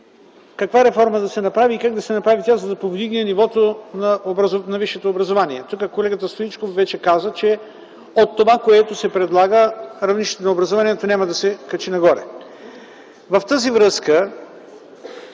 каква реформа да се направи и как да се направи тя, за да се повдигне нивото на висшето образование. Колегата Стоичков вече каза тук, че от това, което се предлага, равнището на образованието няма да се качи нагоре. Във връзка